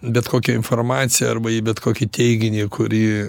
bet kokią informaciją arba į bet kokį teiginį kurį